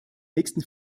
nächsten